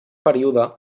període